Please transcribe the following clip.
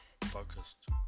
focused